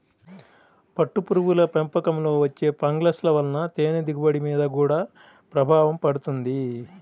పట్టుపురుగుల పెంపకంలో వచ్చే ఫంగస్ల వలన తేనె దిగుబడి మీద గూడా ప్రభావం పడుతుంది